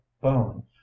bone